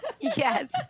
yes